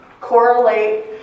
correlate